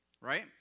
right